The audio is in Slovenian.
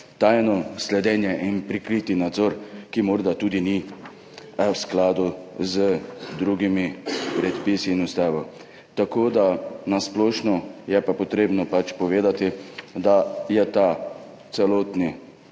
tajno sledenje in prikriti nadzor, ki morda tudi ni v skladu z drugimi predpisi in Ustavo. Na splošno je pa potrebno povedati, da je cilj